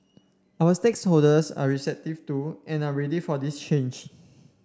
our are receptive to and are ready for this change